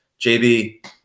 JB